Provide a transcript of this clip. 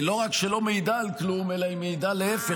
-- לא רק שלא מעידה על כלום, אלא היא מעידה להפך.